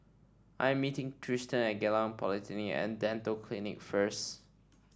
I am meeting Tristan at Geylang Polyclinic and Dental Clinic first